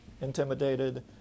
intimidated